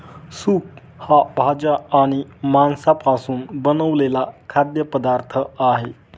soup हा भाज्या आणि मांसापासून बनवलेला खाद्य पदार्थ आहे